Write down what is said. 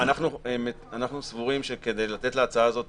אנחנו סבורים שכדי לתת להצעה הזאת